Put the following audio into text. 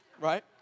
Right